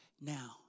now